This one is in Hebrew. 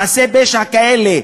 מעשה פשע כזה,